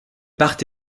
part